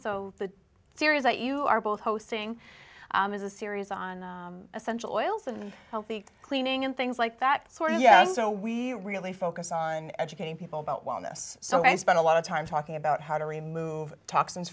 so the series that you are both hosting is a series on essential oils and healthy cleaning and things like that sort of yeah so we really focus on educating people about wellness so i spent a lot of time talking about how to remove toxins